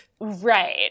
right